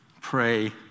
pray